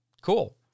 Cool